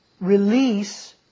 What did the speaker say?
release